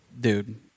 Dude